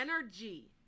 energy